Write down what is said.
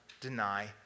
deny